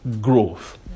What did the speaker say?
growth